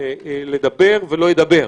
לדבר ולא ידבר.